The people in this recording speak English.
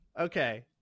Okay